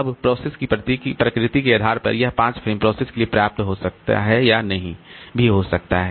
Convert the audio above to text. अब प्रोसेस की प्रकृति के आधार पर यह 5 फ्रेम प्रोसेस के लिए पर्याप्त हो सकता है या नहीं भी हो सकता है